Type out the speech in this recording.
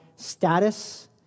status